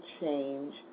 change